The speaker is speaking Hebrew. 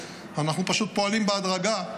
אנחנו פשוט פועלים בהדרגה,